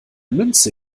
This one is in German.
münze